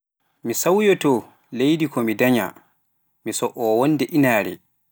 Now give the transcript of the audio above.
Mi sauyooto leidi somi danya, mi soo wonde inaare.